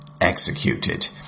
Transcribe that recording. executed